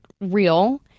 real